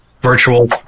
virtual